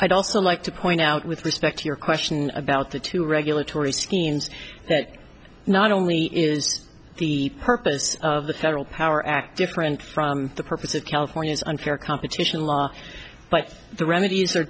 i don't like to point out with respect to your question about the two regulatory schemes that not only is the purpose of the federal power act different from the purpose of california's unfair competition law but the remedies are